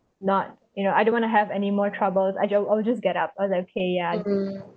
not you know I don't want to have any more troubles I'll ju~ I'll just get up I was like okay yeah